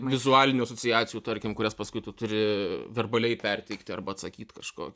vizualinių asociacijų tarkim kurias paskui tu turi verbaliai perteikti arba atsakyt kažkokiu